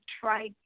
try